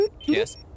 Yes